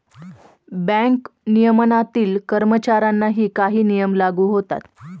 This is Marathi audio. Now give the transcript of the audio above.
बँक नियमनातील कर्मचाऱ्यांनाही काही नियम लागू होतात